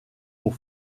pour